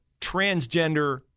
transgender